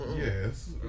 Yes